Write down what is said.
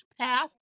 Path